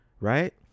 right